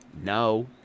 no